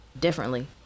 differently